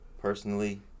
personally